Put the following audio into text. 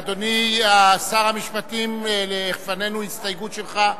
אדוני שר המשפטים, לפנינו הסתייגות שלך,